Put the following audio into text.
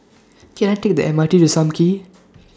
Can I Take The M R T to SAM Kee